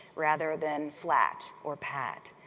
rather than flat, or pat.